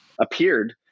appeared